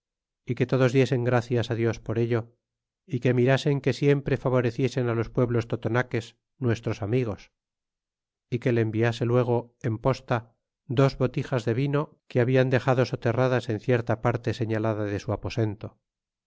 y que todos diesen gracias dios por ello y que mirasen que siempre favoreciesen los pueblos totonaques nuestros amigos y que le enviase luego en posta dos botijas de vino que hablan dexado soterradas en cierta parte señalada de su aposento